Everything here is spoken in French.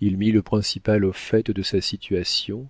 il mit le principal au fait de sa situation